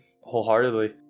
wholeheartedly